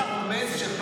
אם אתה רומז שפעם,